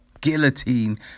Guillotine